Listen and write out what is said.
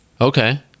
Okay